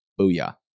booyah